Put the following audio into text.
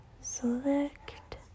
Select